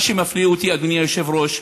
מה שמפליא אותי, אדוני היושב-ראש,